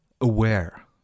aware